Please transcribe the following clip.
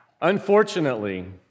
Unfortunately